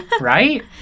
Right